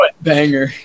banger